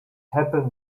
happened